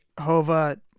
Hova